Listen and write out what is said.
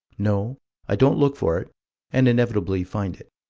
no i don't look for it and inevitably find it.